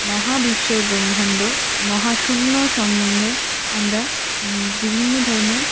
মহাবিশ্বের ব্রহ্মাণ্ড মহাশূন্য সম্বন্ধে আমরা বিভিন্ন ধরনের